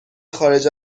خارج